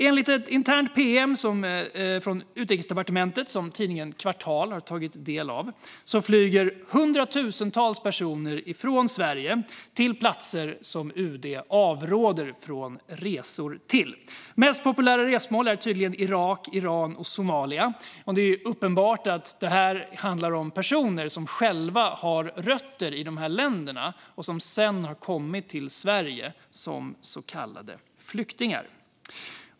Enligt ett internt pm från Utrikesdepartementet, som tidningen Kvartal tagit del av, flyger hundratusentals personer från Sverige till platser som UD avråder från resor till. Mest populära resmål är tydligen Irak, Iran och Somalia, och det är uppenbart att det handlar om personer som själva har rötter i dessa länder och som har kommit till Sverige som så kallade flyktingar.